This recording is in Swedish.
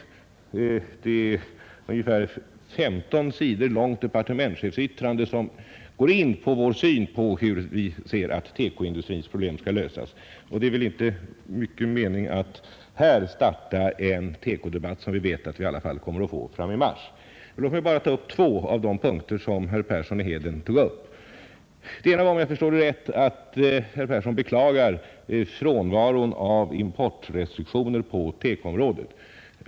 I ett ungefär 15 sidor långt departementschefsyttrande anges klart vår syn på hur TEKO-industrins problem skall lösas. Det är väl inte mycket mening i att här starta en TEKO-debatt, som vi vet att vi i alla fall kommer att få fram i mars. Men låt mig därför nu bara ta upp två av de punkter som herr Persson i Heden var inne på. Herr Persson beklagar frånvaron av importrestriktioner på TEKO-området.